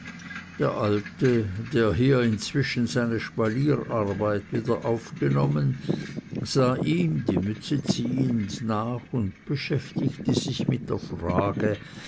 der alte der hier inzwischen seine spalierarbeit wieder aufgenommen sah ihm die mütze ziehend nach und beschäftigte sich mit der frage